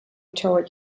toward